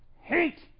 hate